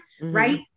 right